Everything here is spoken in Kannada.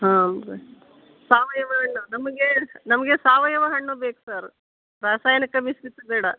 ಹಾಂ ರಿ ಸಾವಯವ ಎಲ್ಲ ನಮಗೆ ನಮಗೆ ಸಾವಯವ ಹಣ್ಣು ಬೇಕು ಸರ್ ರಾಸಾಯನಿಕ ಮಿಶ್ರಿತ ಬೇಡ